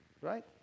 right